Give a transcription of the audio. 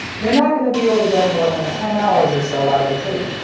you're not going to be able to get more than ten hours or so out of a tape.